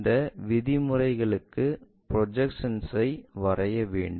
இந்த விதிமுறைகளுக்கு ப்ரொஜெக்ஷன்ஐ வரைய வேண்டும்